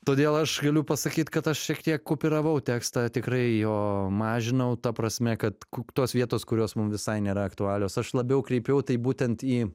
todėl aš galiu pasakyt kad aš šiek tiek kupiravau tekstą tikrai jo mažinau ta prasme kad tos vietos kurios mum visai nėra aktualios aš labiau kreipiau tai būtent į